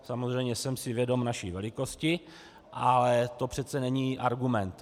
Samozřejmě jsem si vědom naší velikost, ale to přece není argument.